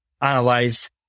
analyze